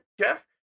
Jeff